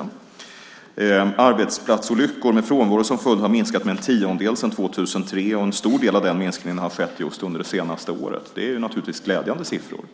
Antalet arbetsplatsolyckor med frånvaro som följd har minskat med en tiondel sedan 2003, och en stor del av minskningen har skett under det senaste året. Det är naturligtvis glädjande siffror.